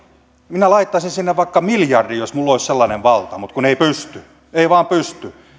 minä laittaisin sinne vaikka miljardin jos minulla olisi sellainen valta mutta kun ei pysty ei vain pysty